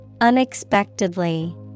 Unexpectedly